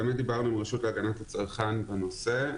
דיברנו עם הרשות להגנת הצרכן על הנוסח.